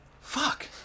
fuck